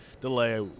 delay